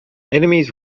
enemies